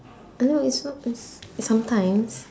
I know it's not as sometimes